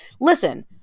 listen